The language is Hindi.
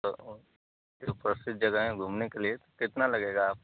तो जो प्रसिद्ध जगह हें घूमने के लिए कितना लगेगा आप